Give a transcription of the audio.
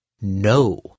No